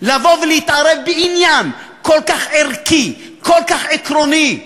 לבוא ולהתערב בעניין כל כך ערכי, כל כך עקרוני?